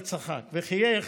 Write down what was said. צחק וחייך,